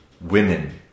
women